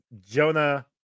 Jonah